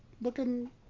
looking